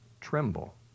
tremble